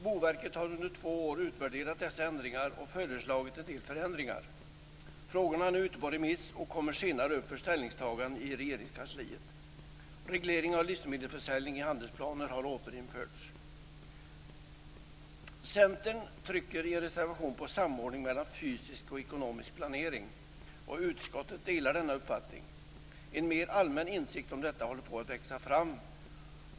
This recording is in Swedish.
Boverket har under två år utvärderat dessa ändringar och föreslagit en del förändringar. Frågorna är nu ute på remiss och kommer senare upp för ställningstagande i Centern trycker i en reservation på samordning mellan fysisk och ekonomisk planering. Utskottet delar denna uppfattning. En mer allmän insikt om detta håller på att växa fram.